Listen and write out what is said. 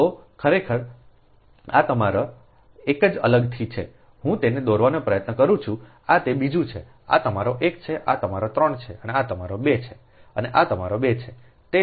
તો ખરેખર આ તમારું એક જ અલગથી છે હું તેને દોરવાનો પ્રયત્ન કરું છું આ તે બીજું છે આ તમારો 1 છે આ તમારો 3 છે અને આ તમારો 2 છે અને આ તમારા 2 છે